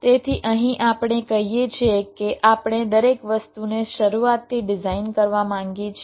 તેથી અહીં આપણે કહીએ છીએ કે આપણે દરેક વસ્તુને શરૂઆતથી ડિઝાઇન કરવા માંગીએ છીએ